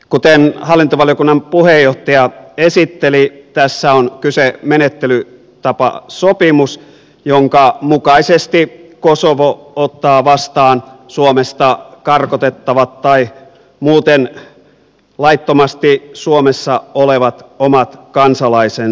kuten hallintovaliokunnan puheenjohtaja esitteli tässä on kyse menettelytapasopimuksesta jonka mukaisesti kosovo ottaa vastaan suomesta karkotettavat tai muuten laittomasti suomessa olevat omat kansalaisensa